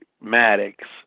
Maddox